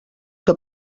que